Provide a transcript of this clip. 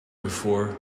before